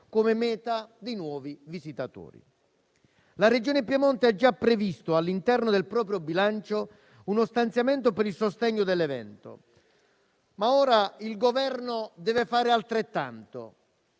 come meta di nuovi visitatori. La Regione Piemonte ha già previsto all'interno del proprio bilancio uno stanziamento per il sostegno dell'evento, ma ora il Governo deve fare altrettanto,